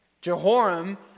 Jehoram